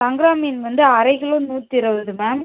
சங்கரா மீன் வந்து அரை கிலோ நூற்றி இருபது மேம்